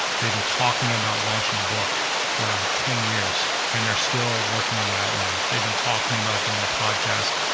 they've been talking about launching a book for ten years, and they're still working on the outline. they've been talking about doing a podcast,